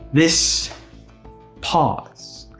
this pause,